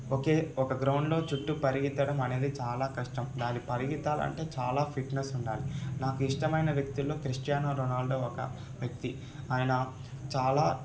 ఒకే ఒక గ్రౌండ్లో చుట్టుపరిగెత్తడం అనేది చాలా కష్టం దాని పరిగెత్తాలంటే చాలా ఫిట్నెస్ ఉండాలి నాకు ఇష్టమైన వ్యక్తుల్లో క్రిస్టియానా రోనాల్డో ఒక వ్యక్తి ఆయన చాలా